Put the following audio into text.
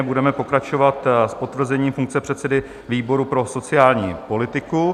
Budeme pokračovat potvrzením funkce předsedy výboru pro sociální politiku.